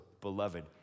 beloved